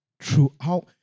throughout